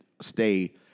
stay